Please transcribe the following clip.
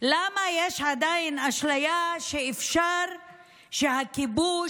למה יש עדיין אשליה שאפשר שהכיבוש,